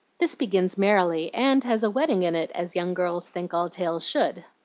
this begins merrily, and has a wedding in it, as young girls think all tales should.